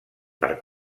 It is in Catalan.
per